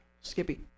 Skippy